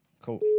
Cool